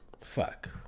Fuck